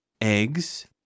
eggs